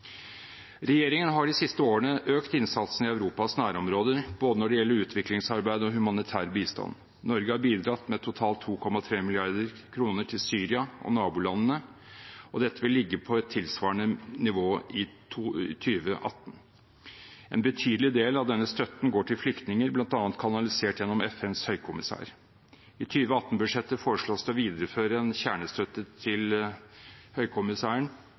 Regjeringen har de siste årene økt innsatsen i Europas nærområder når det gjelder både utviklingssamarbeid og humanitær bistand. Norge har bidratt med totalt 2,3 mrd. kr til Syria og nabolandene, og dette vil ligge på et tilsvarende nivå i 2018. En betydelig del av denne støtten går til flyktninger, bl.a. kanalisert gjennom FNs høykommissær. I 2018-budsjettet foreslås det å videreføre en kjernestøtte til høykommissæren